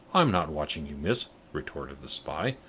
i'm not watching you, miss, retorted the spy,